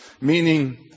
Meaning